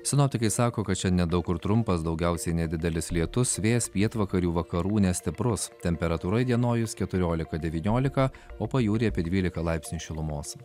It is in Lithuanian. sinoptikai sako kad šiandien daug kur trumpas daugiausiai nedidelis lietus vėjas pietvakarių vakarų nestiprus temperatūra įdienojus keturiolika devyniolika o pajūryje apie dvylika laipsnių šilumos